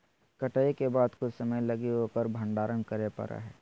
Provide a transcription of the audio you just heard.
कटाई के बाद कुछ समय लगी उकर भंडारण करे परैय हइ